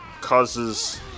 causes